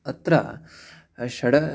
अत्र षड्